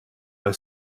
bei